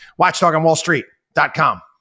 Watchdogonwallstreet.com